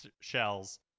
shells